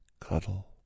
cuddle